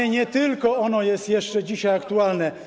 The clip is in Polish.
Nie, nie tylko ono jest jeszcze dzisiaj aktualne.